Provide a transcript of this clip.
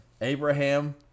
Abraham